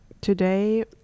today